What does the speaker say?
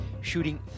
shooting